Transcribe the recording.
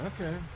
Okay